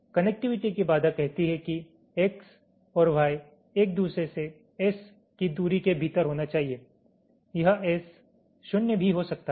connectivity की बाधा कहती है कि X और Y एक दूसरे से S की दूरी के भीतर होना चाहिए यह S शून्य भी हो सकता है